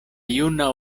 juna